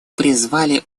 призваны